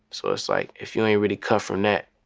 so it's like if you ain't really cut from that,